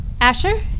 Asher